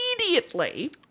immediately